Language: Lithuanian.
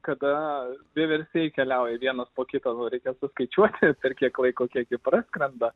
kada vieversiai keliauja vienas po kito nu reikia suskaičiuoti per kiek laiko kiek jų praskrenda